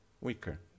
weaker